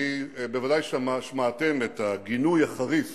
בוודאי שמעתם את הגינוי החריף